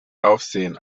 aufsehen